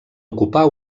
ocupar